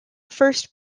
first